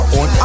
on